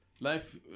Life